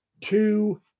two